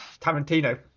Tarantino